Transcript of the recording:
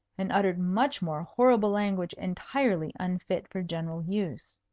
and uttered much more horrible language entirely unfit for general use.